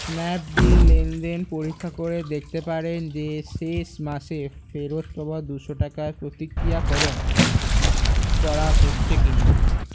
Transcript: Snapdeal লেনদেন পরীক্ষা করে দেখতে পারেন যে শেষ মাসে ফেরত পাওয়া দুইশো টাকার প্রক্রিয়াকরণ করা হচ্ছে কিনা